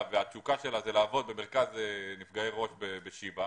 והתשוקה שלה זה לעבוד במרכז נפגעי ראש בשיבא,